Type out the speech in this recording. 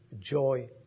joy